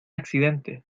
accidente